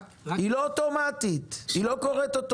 השיטה לא קורת אוטומטית, היא לא אוטומטית.